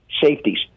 safeties